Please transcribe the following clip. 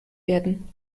werden